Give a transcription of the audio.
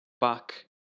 back